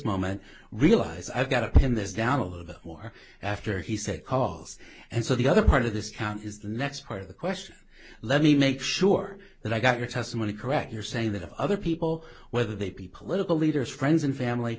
moment realize i've got to pin this down a little bit more after he said cause and so the other part of this county is the next part of the question let me make sure that i got your testimony correct you're saying that other people whether they be political leaders friends and family